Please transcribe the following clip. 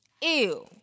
Ew